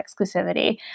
exclusivity